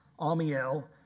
Amiel